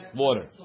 water